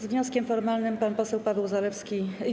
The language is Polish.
Z wnioskiem formalnym pan poseł Paweł Zalewski.